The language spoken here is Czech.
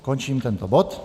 Končím tento bod.